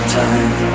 time